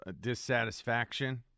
dissatisfaction